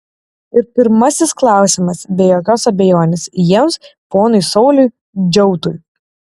ir pirmasis klausimas be jokios abejonės jiems ponui sauliui džiautui